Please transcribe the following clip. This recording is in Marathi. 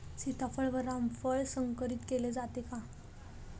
सीताफळ व रामफळ संकरित केले जाते का?